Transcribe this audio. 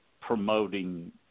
promoting